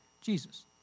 Jesus